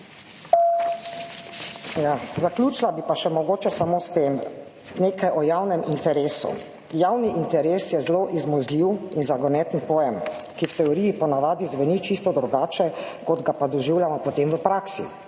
Zaključila bi pa še mogoče samo s tem, nekaj o javnem interesu. Javni interes je zelo izmuzljiv in zagoneten pojem, ki v teoriji po navadi zveni čisto drugače, kot ga pa doživljamo potem v praksi.